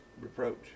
reproach